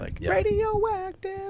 Radioactive